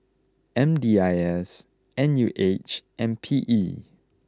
M D I S N U H and P E